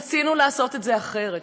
רצינו לעשות את זה אחרת.